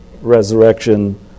resurrection